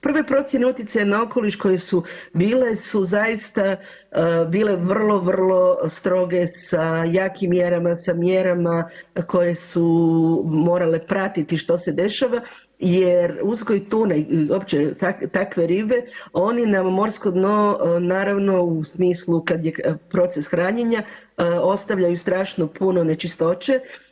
Prve procjene utjecaja na okoliš koje su bile su zaista bile vrlo, vrlo stroge sa jakim mjerama, sa mjerama koje su morale pratiti što se dešava jer uzgoj tune i uopće takve ribe oni na morsko dno naravno u smislu kada je proces hranjenja ostavljaju strašno puno nečistoće.